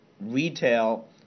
retail